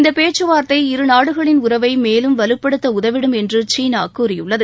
இந்த பேச்சுவார்த்தை இருநாடுளின் உறவை மேலும் வலுபடுத்த உதவிடும் என்று சீனா கூறியுள்ளது